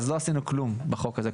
אז לא עשינו כלום בחוק הזה.